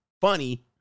funny